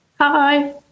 Hi